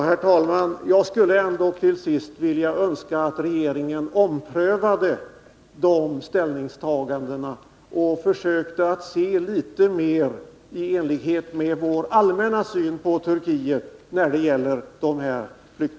Herr talman! Jag skulle till sist vilja säga att jag ändå önskar att regeringen omprövar sitt ställningstagande när det gäller dessa flyktingar och försöker att se saken litet mer i enlighet med vår allmänna syn på Turkiet.